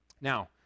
Now